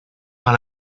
par